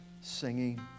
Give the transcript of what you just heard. singing